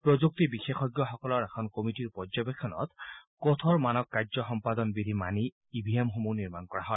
প্ৰযুক্তি বিশেষজ্ঞসকলৰ এখন কমিটীৰ পৰ্যবেক্ষণত কঠোৰ মানক কাৰ্য সম্পাদন বিধি মানি ই ভি এমসমূহ নিৰ্মাণ কৰা হয়